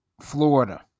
Florida